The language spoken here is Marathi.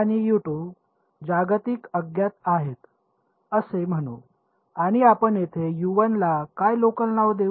आणि जागतिक अज्ञात आहेत असे म्हणू आणि आपण येथे ला काय लोकल नाव देऊ